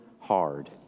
hard